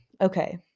okay